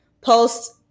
post